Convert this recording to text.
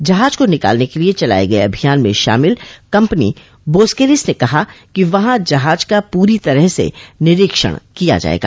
जहाज को निकालने के लिए चलाए गए अभियान में शामिल कंपनी बोस्केलिस ने कहा कि वहां जहाज का पूरी तरह से निरीक्षण किया जाएगा